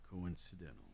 coincidental